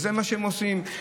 וזה מה שהם עושים,